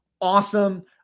awesome